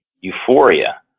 euphoria